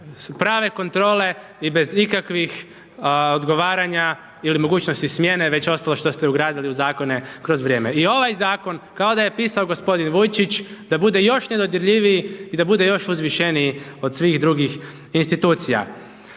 prave kontrole i bez ikakvih odgovarana ili mogućnosti smjene već ostalo što ste ugradili u zakone kroz vrijeme. I ovaj zakon kao da je pisao gospodin Vujčić, da bude još nedodirljiviji i da bude još uzvišeniji od svih drugih institucija.